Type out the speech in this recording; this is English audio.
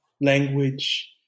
language